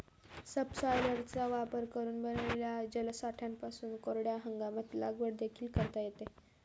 सबसॉयलरचा वापर करून बनविलेल्या जलसाठ्यांपासून कोरड्या हंगामात लागवड देखील करता येते